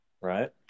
Right